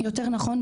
יותר נכון,